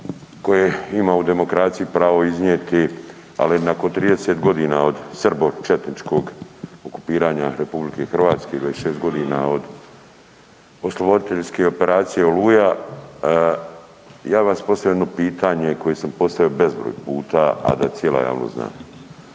koje ima u demokraciji pravo iznijeti, ali nakon 30 godina od srbo-četničkog okupiranja Republike Hrvatske, 26 godina od osloboditeljske operacije Oluja, ja bi vam postavio jedno pitanje, koje sam postavio bezbroj puta, a da cijela javnost zna.